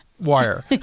Wire